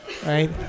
Right